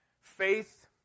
Faith